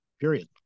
period